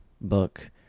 book